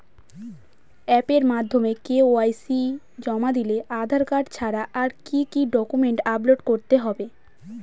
অ্যাপের মাধ্যমে কে.ওয়াই.সি জমা দিলে আধার কার্ড ছাড়া আর কি কি ডকুমেন্টস আপলোড করতে হবে?